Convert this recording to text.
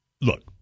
Look